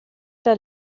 der